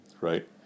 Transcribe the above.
Right